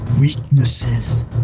weaknesses